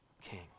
King